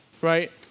right